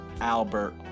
Albert